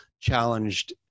challenged